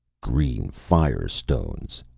green fire-stones,